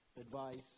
advice